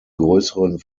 größeren